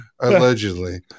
allegedly